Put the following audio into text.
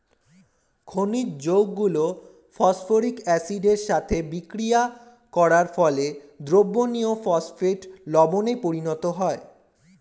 খনিজ যৌগগুলো ফসফরিক অ্যাসিডের সাথে বিক্রিয়া করার ফলে দ্রবণীয় ফসফেট লবণে পরিণত হয়